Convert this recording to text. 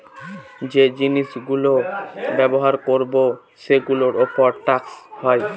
যে জিনিস গুলো ব্যবহার করবো সেগুলোর উপর ট্যাক্স হয়